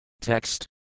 Text